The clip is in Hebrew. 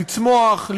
לצמוח,